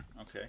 okay